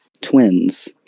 twins